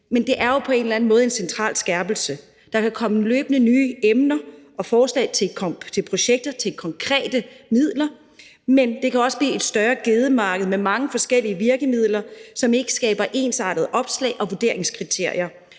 det helt nye, men på en eller anden måde er det jo en central skærpelse. Der kan løbende komme nye emner og forslag til projekter, til konkrete midler, men det kan også blive et større gedemarked med mange forskellige virkemidler, som ikke skaber ensartede opslag og vurderingskriterier.